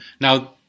Now